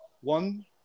one